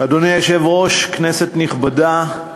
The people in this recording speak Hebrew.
אדוני היושב-ראש, כנסת נכבדה,